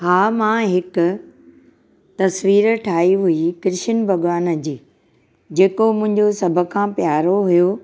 हा मां हिक तस्वीर ठही हुई कृष्ण भॻवान जी जेको मुंहिंजो सभ खां प्यारो हुयो